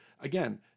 again